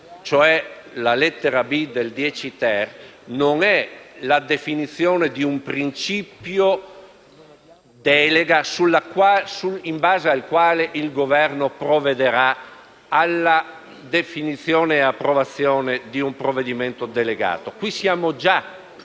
che quel comma non è la definizione di un principio delega in base al quale il Governo provvederà alla definizione e approvazione di un provvedimento delegato. Qui siamo già